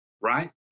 right